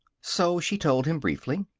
so she told him briefly.